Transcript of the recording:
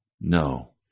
No